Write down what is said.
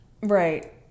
Right